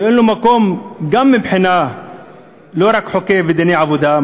שאין לו מקום לא רק מבחינת חוקי העבודה,